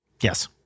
yes